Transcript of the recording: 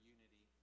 Unity